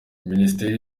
minisiteri